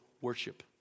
worship